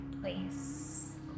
place